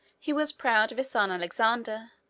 he was proud of his son alexander,